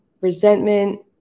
resentment